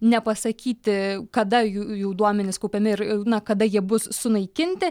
nepasakyti kada jų duomenys kaupiami ir na kada jie bus sunaikinti